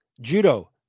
Judo